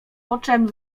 poczem